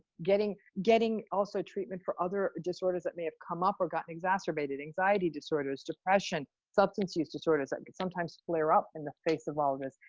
getting getting also treatment for other disorders that may have come up or gotten exacerbated. anxiety disorders, depression, substance use disorders that can sometimes flare up in the face of all of this.